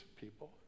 people